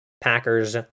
Packers